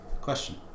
question